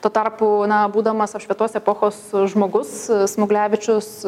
tuo tarpu na būdamas apšvietos epochos žmogus smuglevičius